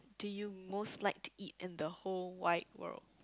do you most like to eat in the whole wide world